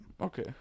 Okay